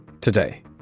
Today